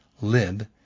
Lib